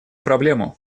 проблему